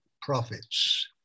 prophets